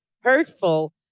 hurtful